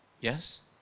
yes